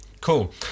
Cool